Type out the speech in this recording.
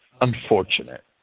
unfortunate